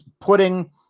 putting